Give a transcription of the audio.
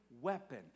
weapon